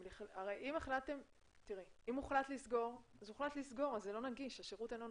אם הוחלט לסגור, אז הוחלט לסגור והשירות לא נגיש.